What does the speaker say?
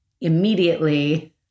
immediately